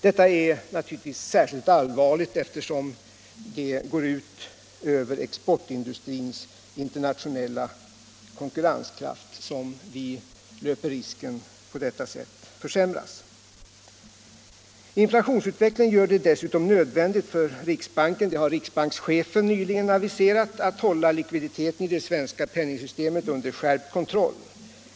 Detta är naturligtvis särskilt allvarligt därför att det går ut över exportindustrins internationella konkurrenskraft som därmed löper risken att försämras. Inflationsutvecklingen gör det dessutom nödvändigt för riksbanken — det har riksbankschefen nyligen aviserat — att hålla likviditeten i det svenska penningsystemet under skärpt kontroll.